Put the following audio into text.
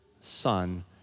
Son